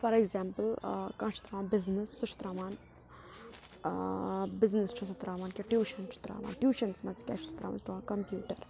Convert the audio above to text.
for example کانٛہہ چھُ تراوان بِزنِس سُہ چھُ تراوان بِزنِس چھُ سُہ تراوان کیٚنٛہہ ٹیوٗشَن چھُ تراوان ٹیوٗشَنَس منٛز کیٛاہ چھُ سُہ تراوان سُہ تراوان کَمپیوٗٹر